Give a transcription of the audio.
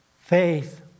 faith